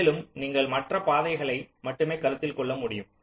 மேலும் நீங்கள் மற்ற பாதைகளை மட்டுமே கருத்தில் கொள்ள முடியும்